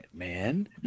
man